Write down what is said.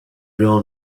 real